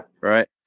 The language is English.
right